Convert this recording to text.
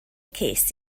ces